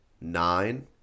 Nine